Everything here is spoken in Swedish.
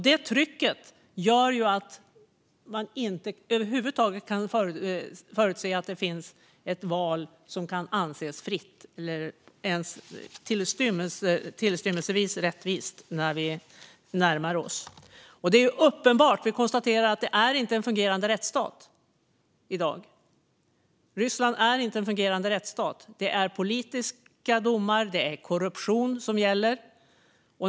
Det trycket gör att man över huvud taget inte kan förutse att det finns ett val som kan anses fritt eller ens tillnärmelsevis rättvist när vi närmar oss. Det är uppenbart att Ryssland inte är en fungerande rättsstat i dag. Det är politiska domar och korruption som gäller.